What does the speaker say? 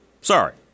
Sorry